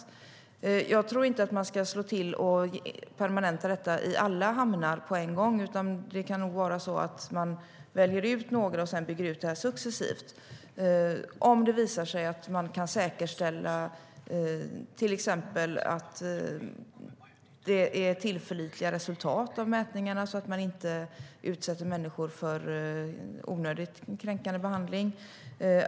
Jag tror inte att man ska slå till och permanenta detta i alla hamnar på en gång, utan det kan nog vara så att man väljer ut några och sedan bygger ut det successivt - om det visar sig att man kan säkerställa till exempel att det är tillförlitliga resultat av mätningarna, så att man inte utsätter människor för onödigt kränkande behandling.